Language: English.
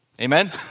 Amen